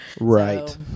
Right